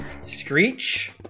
screech